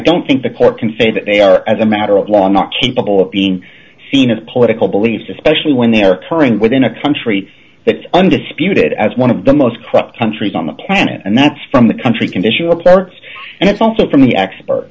don't think the court can say that they are as a matter of law not changeable being seen as political beliefs especially when they're occurring within a country that undisputed as one of the most corrupt countries on the planet and that's from the country conditional parts and it's also from the expert